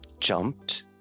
jumped